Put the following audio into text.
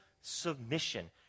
submission